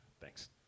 Thanks